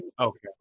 Okay